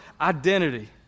identity